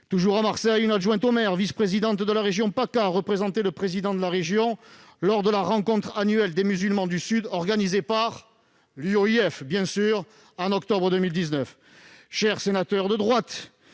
toujours à Marseille, à une adjointe au maire, vice-présidente de la région PACA, qui a représenté le président de la région lors de la rencontre annuelle des musulmans du sud, organisée par l'UOIF, en octobre 2019. Chers sénateurs de droite,